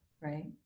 right